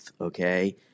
okay